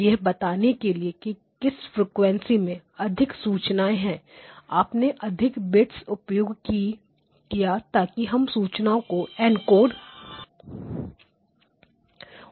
यह बताने के लिए कि किस फ्रीक्वेंसी में अधिक सूचनाएं है आपने अधिक बिट्स उपयोग किया ताकि हम सूचनाओं को एनकोड कर सकें